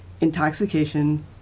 intoxication